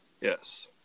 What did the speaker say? yes